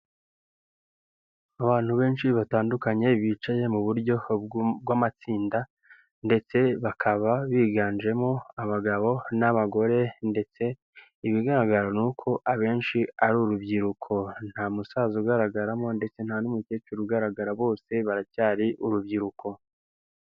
Abantu benshi batandukanye bicaye mu buryo bw'amatsinda ndetse bakaba biganjemo abagabo n'abagore, ndetse ibigaragara ni uko abenshi ari urubyiruko, nta musaza ugaragaramo ndetse nta n'umukecuru ugaragara bose baracyari urubyiruko.